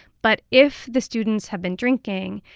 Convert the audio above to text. but if the students have been drinking,